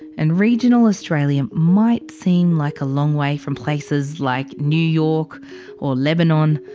and regional australia might seem like a long way from places like new york or lebanon.